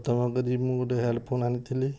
ତମ କତିରୁ ମୁଁ ଗୋଟେ ହେଡ଼ଫୋନ ଆଣିଥିଲି